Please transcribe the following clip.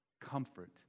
comfort